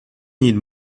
need